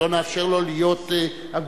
לא נאפשר לו להיות אגודה.